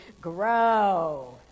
grow